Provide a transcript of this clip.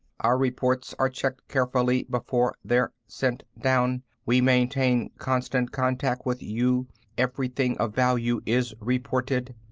our reports are checked carefully before they're sent down. we maintain constant contact with you everything of value is reported.